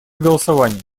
голосования